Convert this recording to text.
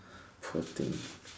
poor thing